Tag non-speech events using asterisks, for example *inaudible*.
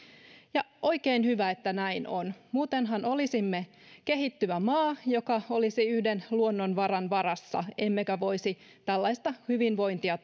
ja oikein hyvä että näin on muutenhan olisimme kehittyvä maa joka olisi yhden luonnonvaran varassa emmekä voisi tarjota kansalaisille tällaista hyvinvointia *unintelligible*